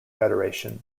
federation